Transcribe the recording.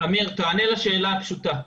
עמיר, תענה לשאלה הפשוטה,